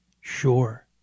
Sure